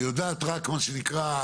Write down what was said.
ויודעת רק מה שנקרא,